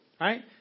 right